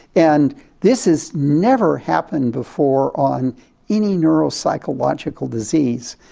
and this has never happened before on any neuropsychological disease,